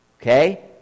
Okay